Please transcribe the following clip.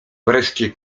wreszcie